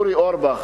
אורי אורבך,